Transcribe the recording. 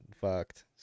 fucked